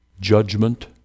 judgment